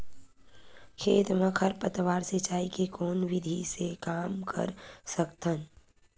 खेत म खरपतवार सिंचाई के कोन विधि से कम कर सकथन?